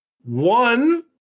One